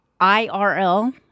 IRL